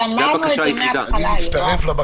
אבל אמרנו את זה מהתחלה, יואב.